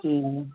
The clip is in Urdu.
ہوں